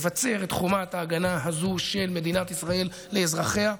לבצר את חומת ההגנה הזו של מדינת ישראל לאזרחיה,